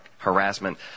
harassment